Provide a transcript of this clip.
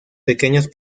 pequeños